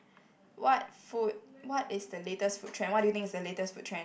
what food what is the latest food trend what do you think is the latest food trend